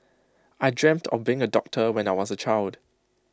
I dreamt of being A doctor when I was A child